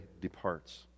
departs